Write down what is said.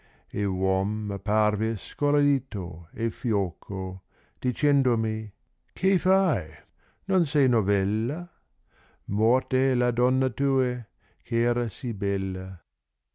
e nom m apparve scolorito e fioco dicendomi che fili non sai novella mort è la donna tua eh era sì bella